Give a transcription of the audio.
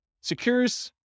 secures